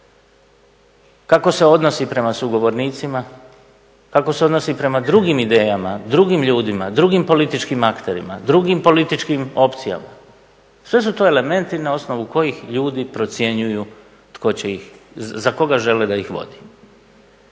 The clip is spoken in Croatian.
kako se odnosi prema sugovornicima, kako se odnosi prema drugim idejama, drugim ljudima, drugim političkim akterima, drugim političkim opcijama. Sve su to elementi na osnovu kojih ljudi procjenjuju za koga žele da ih vodi.